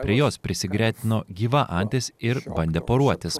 prie jos prisigretino gyva antis ir bandė poruotis